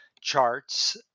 charts